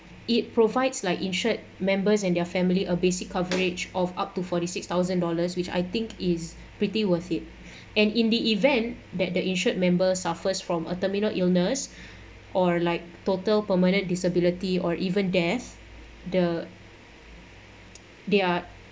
it provides like insured members and their family a basic coverage of up to forty six thousand dollars which I think is pretty worth it and in the event that the insured members suffers from a terminal illness or like total permanent disability or even death the they are